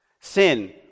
Sin